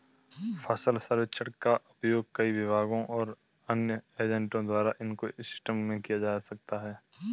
फसल सर्वेक्षण का उपयोग कई विभागों और अन्य एजेंटों द्वारा इको सिस्टम में किया जा सकता है